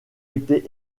été